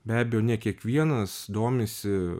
be abejo ne kiekvienas domisi